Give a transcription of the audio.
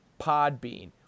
Podbean